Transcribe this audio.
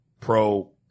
pro